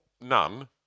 none